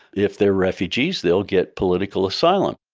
if they're refugees, they'll get political asylum.